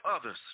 others